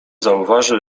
zauważył